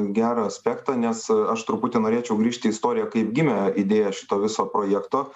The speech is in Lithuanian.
gerą aspektą nes aš truputį norėčiau grįžti į istoriją kaip gimė idėja šito viso projekto